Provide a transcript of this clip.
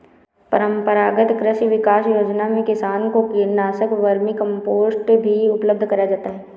परम्परागत कृषि विकास योजना में किसान को कीटनाशक, वर्मीकम्पोस्ट भी उपलब्ध कराया जाता है